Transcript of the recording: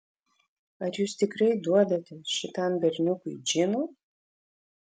ar jūs tikrai duodate šitam berniukui džino